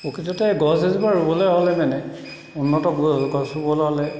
প্ৰকৃততে গছ এজোপা ৰুবলৈ হ'লে মানে উন্নত গছ ৰুবলৈ হ'লে